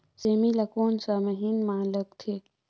सेमी ला कोन सा महीन मां लगथे?